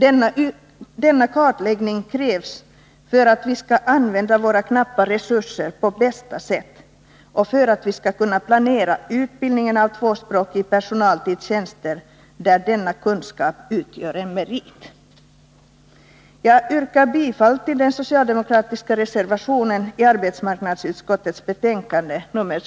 Denna kartläggning krävs för att vi skall använda våra knappa resurser på bästa sätt och för att vi skall kunna planera utbildningen av tvåspråkig personal till tjänster där denna kunskap utgör en merit. Jag yrkar bifall till den socialdemokratiska reservationen i arbetsmarknadsutskottets betänkande 22.